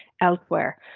elsewhere